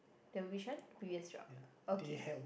the which one previous job okay